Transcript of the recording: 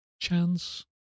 chance